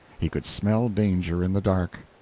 he could smell danger in the dark.